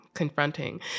confronting